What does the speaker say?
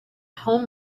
home